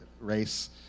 race